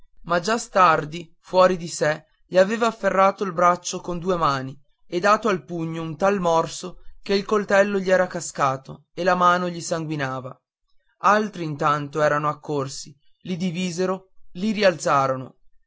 ma già stardi fuori di sé gli aveva afferrato il braccio con due mani e dato al pugno un tal morso che il coltello gli era cascato e la mano gli sanguinava altri intanto erano accorsi li divisero li rialzarono